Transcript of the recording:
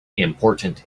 important